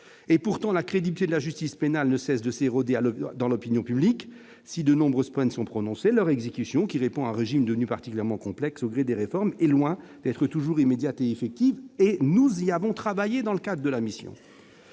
« Pourtant, la crédibilité de la justice pénale ne cesse de s'éroder dans l'opinion publique. Si de nombreuses peines sont prononcées, leur exécution, qui répond à un régime devenu particulièrement complexe au gré des réformes, est loin d'être toujours immédiate et effective »- nous y avons travaillé dans le cadre de la mission